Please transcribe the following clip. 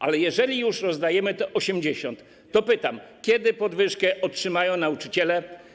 Ale jeżeli już rozdajemy te 80, to pytam: Kiedy podwyżkę otrzymają nauczyciele?